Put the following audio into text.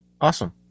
Awesome